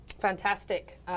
fantastic